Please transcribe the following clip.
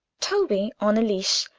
toby, on a leash,